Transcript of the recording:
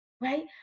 right